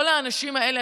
כל האנשים האלה,